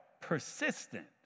persistent